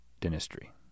dentistry